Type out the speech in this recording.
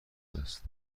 است